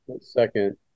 second